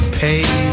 pay